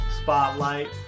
spotlight